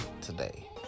today